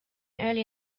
early